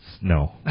no